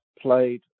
played